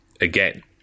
again